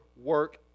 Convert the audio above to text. Work